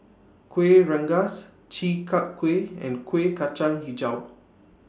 Kuih Rengas Chi Kak Kuih and Kuih Kacang Hijau